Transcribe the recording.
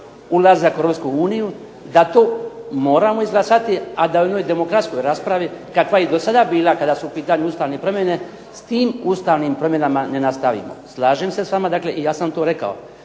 ulazak u Europsku uniju da to moramo izglasati, a da u onoj demokratskoj raspravi kakva je i do sada bila kada su u pitanju ustavne promjene s tim ustavnim promjenama ne nastavimo. Slažem se s vama dakle, i ja sam to rekao,